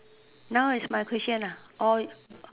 now is my question ah or